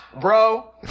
bro